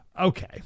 okay